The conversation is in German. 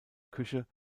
küche